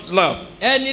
love